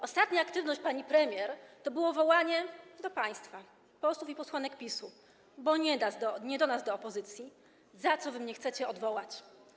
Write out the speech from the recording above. Ostatnia aktywność pani premier to było wołanie do państwa, posłów i posłanek PiS-u, bo nie do nas, do opozycji: Za co wy mnie chcecie odwołać?